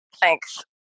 thanks